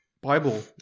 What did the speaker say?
bible